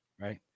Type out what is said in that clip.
right